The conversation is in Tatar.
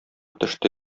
төште